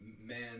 man